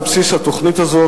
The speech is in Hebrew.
על בסיס התוכנית הזאת,